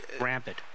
rampant